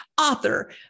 author